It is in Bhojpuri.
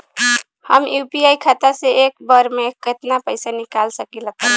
हम यू.पी.आई खाता से एक बेर म केतना पइसा निकाल सकिला तनि बतावा?